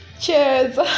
Cheers